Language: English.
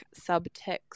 subtext